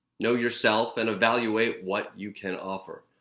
know yourself and evaluate what you can offer.